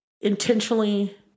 intentionally